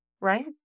Right